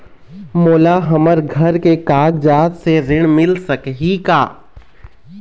मोला हमर घर के कागजात से ऋण मिल सकही का?